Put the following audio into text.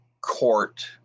court